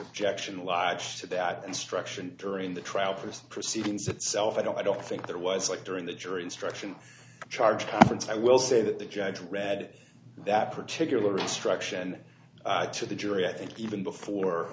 objection lives to that instruction during the trial for the proceedings itself i don't i don't think there was like during the jury instruction charge conference i will say that the judge read that particular instruction to the jury i think even before